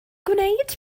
gwneud